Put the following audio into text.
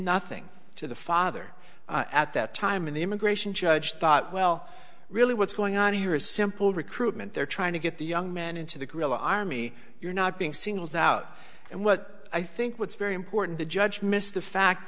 nothing to the father at that time in the immigration judge thought well really what's going on here is simple recruitment they're trying to get the young men into the guerrilla army you're not being singled out and what i think what's very important the judge missed the fact